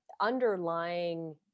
underlying